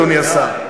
אדוני השר.